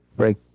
Break